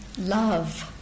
Love